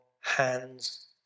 hands